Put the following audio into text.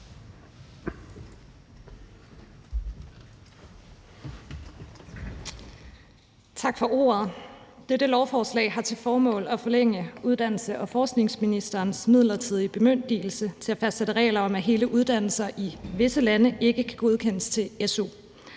Tak for ordet. Dette lovforslag har til formål at forlænge uddannelses- og forskningsministerens midlertidige bemyndigelse til at fastsætte regler om, at hele uddannelser i visse lande ikke kan godkendes til su,